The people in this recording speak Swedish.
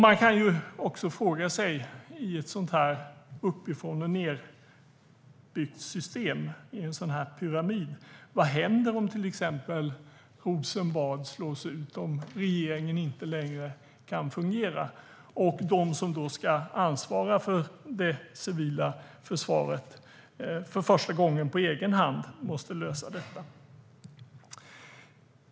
Man kan fråga sig, när det finns ett sådant uppifrån-och-ned-system, en sådan pyramid, vad som händer om till exempel Rosenbad slås ut, om regeringen inte längre kan fungera och de som ska ansvara för det civila försvaret för första gången på egen hand måste lösa det.